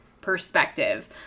perspective